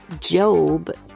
Job